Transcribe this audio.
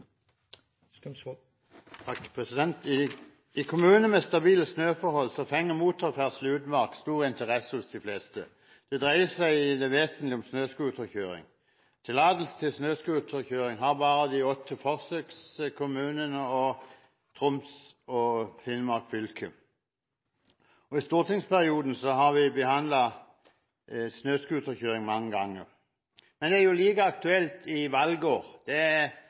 I kommuner med stabile snøforhold fenger motorferdsel i utmark stor interesse hos de fleste. Det dreier seg i det vesentlige om snøscooterkjøring. Tillatelse til snøscooterkjøring har bare de åtte forsøkskommunene og Troms og Finnmark fylke. I stortingsperioden har vi behandlet snøscooterkjøring mange ganger, men det er like aktuelt i valgår. Det